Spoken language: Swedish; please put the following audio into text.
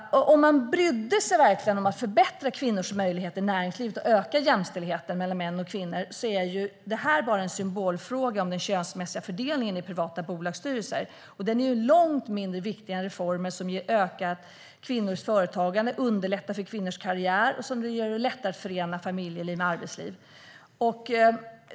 Om man verkligen brydde sig om att förbättra kvinnors möjligheter i näringslivet och öka jämställdheten mellan män och kvinnor är den könsmässiga fördelningen i privata bolagsstyrelser en symbolfråga. Den är långt mindre viktig än reformer som ökar kvinnors företagande, underlättar för kvinnors karriärer och gör det lättare att förena familjeliv med arbetsliv.